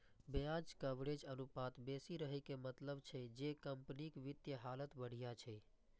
ब्याज कवरेज अनुपात बेसी रहै के मतलब छै जे कंपनीक वित्तीय हालत बढ़िया छै